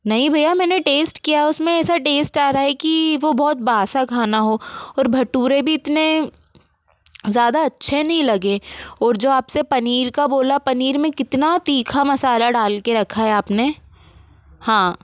नहीं भईया मैंने टेस्ट किया उसमें ऐसा टेस्ट आ रहा है कि वो बहुत बासा खाना हो और भटूरे भी इतने ज़्यादा अच्छे नी लगे और जाे आपसे पनीर का बोला पनीर में कितना तीखा मसाला डाल के रखा है आपने हाँ